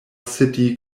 city